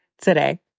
Today